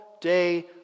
day